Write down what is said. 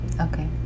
Okay